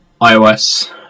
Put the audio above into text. iOS